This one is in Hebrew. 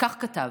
וכך כתב: